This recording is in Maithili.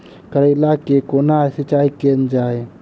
करैला केँ कोना सिचाई कैल जाइ?